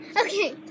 Okay